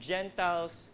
Gentiles